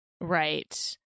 Right